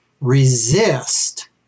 resist